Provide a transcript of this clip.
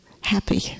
happy